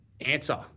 answer